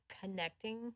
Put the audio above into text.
connecting